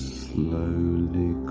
slowly